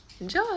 enjoy